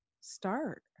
start